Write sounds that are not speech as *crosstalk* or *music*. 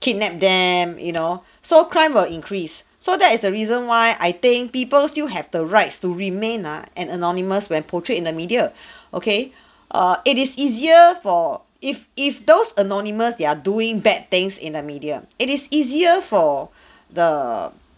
kidnap them you know *breath* so crime will increase so that is the reason why I think people still have the rights to remain ah an anonymous when portrayed in the media *breath* okay *breath* err it is easier for if if those anonymous they're doing bad things in the media it is easier for *breath* the